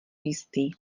jistý